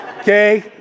Okay